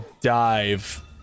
dive